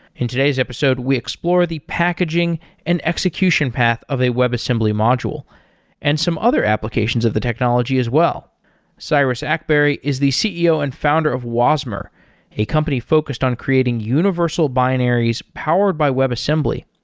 in today's episode, we explore the packaging and execution path of a webassembly module and some other applications of the technology as well syrus akbary is the ceo and founder of wasmer a company focused on creating universal binaries powered by webassembly.